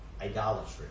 idolatry